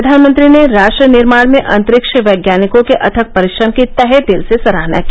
प्रधानमंत्री ने राष्ट्र निर्माण में अंतरिक्ष वैज्ञानिकों के अथक परिश्रम की तहे दिल से सराहना की